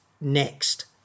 next